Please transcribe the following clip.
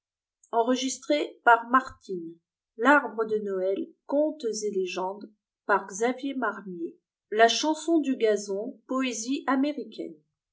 et la chanson du gazon poésie américaine